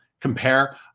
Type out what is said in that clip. compare